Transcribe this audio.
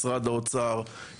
משרד האוצר,